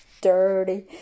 dirty